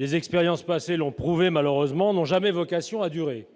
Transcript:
les expériences passées l'ont prouvé malheureusement -n'ont jamais vocation à durer.